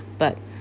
but